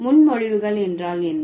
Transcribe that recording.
முன்மொழிவுகள் என்றால் என்ன